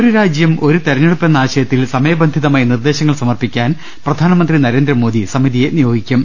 ഒരുരാജ്യം ഒരു തിരഞ്ഞെടുപ്പ് എന്ന ആശയത്തിൽ സമയബന്ധിത മായി നിർദ്ദേശങ്ങൾ സമർപ്പിക്കാൻ പ്രധാനമന്ത്രി നരേന്ദ്രമോദി സമി തിയെ നിയോഗിക്കും